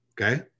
okay